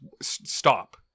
Stop